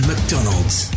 McDonald's